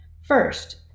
First